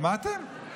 שמעתם?